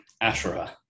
Asherah